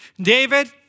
David